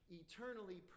eternally